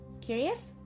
Curious